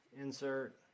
insert